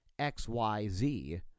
XYZ